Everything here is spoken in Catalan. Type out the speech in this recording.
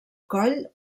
coll